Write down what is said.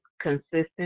consistent